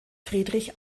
friedrich